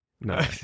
No